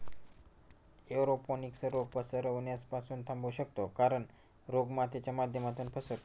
aeroponics रोग पसरण्यास पासून थांबवू शकतो कारण, रोग मातीच्या माध्यमातून पसरतो